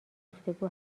گفتگو